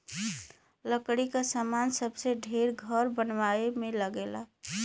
लकड़ी क सामान सबसे ढेर घर बनवाए में लगला